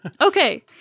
Okay